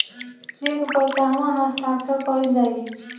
Check पर कहवा हस्ताक्षर कैल जाइ?